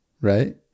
right